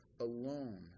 alone